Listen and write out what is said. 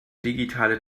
digitale